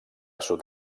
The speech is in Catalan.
sud